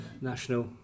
national